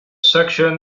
section